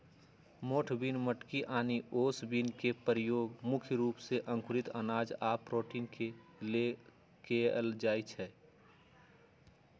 मोठ बिन मटकी आनि ओस बिन के परयोग मुख्य रूप से अंकुरित अनाज आ प्रोटीन के लेल कएल जाई छई